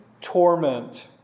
torment